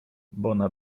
bona